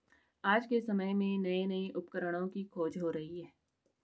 आज के समय में नये नये उपकरणों की खोज हो रही है